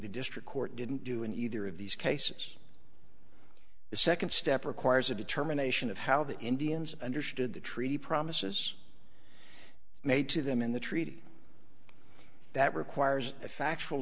the district court didn't do in either of these cases the second step requires a determination of how the indians understood the treaty promises made to them in the treaty that requires a factual